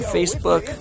Facebook